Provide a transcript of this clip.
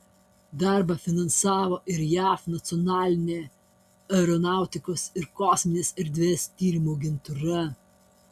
darbą finansavo ir jav nacionalinė aeronautikos ir kosminės erdvės tyrimų agentūra